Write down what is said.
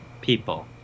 people